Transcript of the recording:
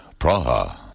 Praha